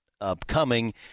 upcoming